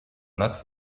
not